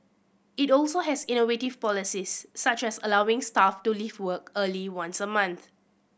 it also has innovative policies such as allowing staff to leave work early once a month